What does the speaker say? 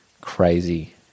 crazy